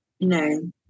no